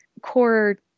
core